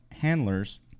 handlers